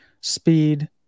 speed